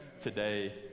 today